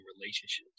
relationships